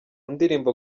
ndirimbo